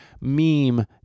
meme